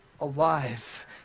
alive